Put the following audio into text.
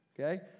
Okay